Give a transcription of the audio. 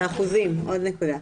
בסדר.